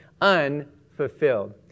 unfulfilled